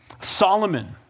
Solomon